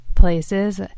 places